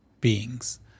beings